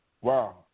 Wow